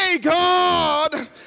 God